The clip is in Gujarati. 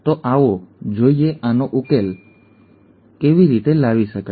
તો આવો જોઇએ આનો ઉકેલ કેવી રીતે લાવી શકાય